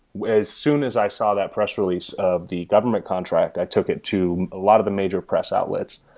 as soon as i saw that press release of the government contract, i took it to a lot of the major press outlets.